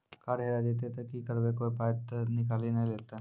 Card हेरा जइतै तऽ की करवै, कोय पाय तऽ निकालि नै लेतै?